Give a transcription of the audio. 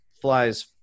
flies